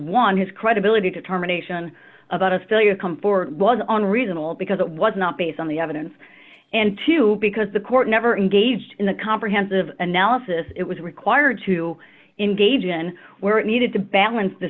one his credibility determination about ophelia come for was on reasonable because it was not based on the evidence and two because the court never engaged in the comprehensive analysis it was required to engage in where it needed to balance the